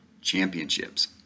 championships